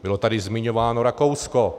Bylo tady zmiňováno Rakousko.